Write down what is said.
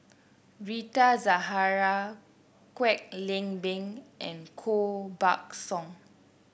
Rita Zahara Kwek Leng Beng and Koh Buck Song